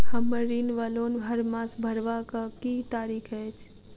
हम्मर ऋण वा लोन हरमास भरवाक की तारीख अछि?